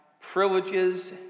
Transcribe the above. privileges